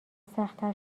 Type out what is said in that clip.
سختتر